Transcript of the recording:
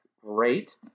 Great